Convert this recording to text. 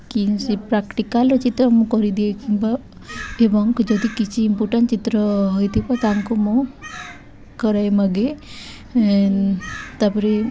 କି ସେ ପ୍ରାକ୍ଟିକାଲ୍ର ଚିତ୍ର ମୁଁ କରିଦିଏ କିମ୍ବା ଏବଂ ଯଦି କିଛି ଇମ୍ପୋଟାଣ୍ଟ୍ ଚିତ୍ର ହୋଇଥିବ ତାଙ୍କୁ ମୁଁ କରାଇ ମାଗେ ତା'ପରେ